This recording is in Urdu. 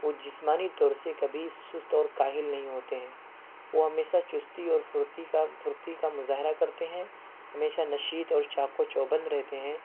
وہ جسمانی طور سے کبھی سست اور کاہل نہیں ہوتے ہیں وہ ہمیشہ چستی اور پھرتی کا پھرتی کا مظاہرہ کرتے ہیں ہمیشہ نشیط اور چاق و چوبند رہتے ہیں